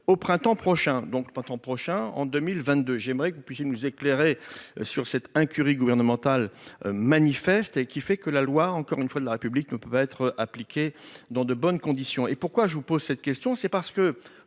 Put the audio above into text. au printemps prochain donc printemps prochain en 2022. J'aimerais que vous puissiez nous éclairer sur cette incurie gouvernementale manifeste et qui fait que la loi, encore une fois, de la République ne peut pas être appliqué dans de bonnes conditions et pourquoi je vous pose cette question c'est parce que